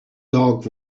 dog